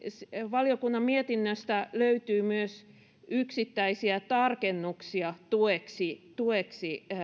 valiokunnan mietinnöstä löytyy myös yksittäisiä tarkennuksia tueksi tueksi